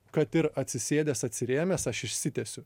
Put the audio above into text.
kad ir atsisėdęs atsirėmęs aš išsitiesiu